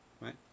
Right